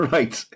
Right